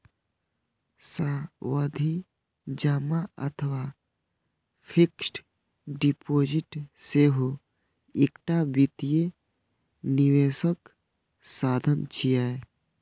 सावधि जमा अथवा फिक्स्ड डिपोजिट सेहो एकटा वित्तीय निवेशक साधन छियै